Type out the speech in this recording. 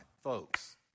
folks